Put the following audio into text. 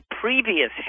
previous